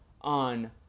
on